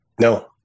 No